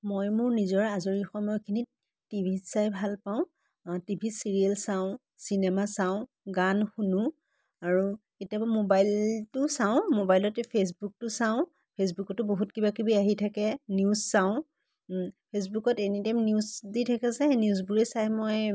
মই মোৰ নিজৰ আজৰি সময়খিনিত টি ভি চাই ভাল পাওঁ টি ভি চিৰিয়েল চাওঁ চিনেমা চাওঁ গান শুনো আৰু কেতিয়াবা ম'বাইলটোও চাওঁ মোবাইলতে ফেচবুকটো চাওঁ ফেচবুকতো বহুত কিবা কিবি আহি থাকে নিউজ চাওঁ ফেচবুকত এনি টাইম নিউজ দি থাকে যে সেই নিউজবোৰে চাই মই